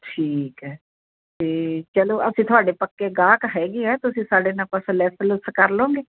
ਠੀਕ ਹੈ ਅਤੇ ਚਲੋ ਅਸੀਂ ਤੁਹਾਡੇ ਪੱਕੇ ਗਾਹਕ ਹੈਗੇ ਹਾਂ ਤੁਸੀਂ ਸਾਡੇ ਨਾਲ ਕੁਛ ਲੈੱਸ ਲੁਸ ਕਰ ਲਓਗੇ